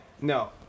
no